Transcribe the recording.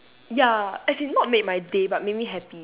ya as in not made my day but made me happy